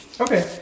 Okay